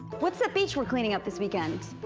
what's that beach we're cleaning up this weekend?